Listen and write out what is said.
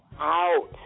out